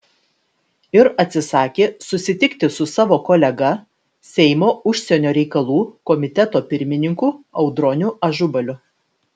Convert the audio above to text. ir atsisakė susitikti su savo kolega seimo užsienio reikalų komiteto pirmininku audroniu ažubaliu